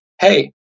hey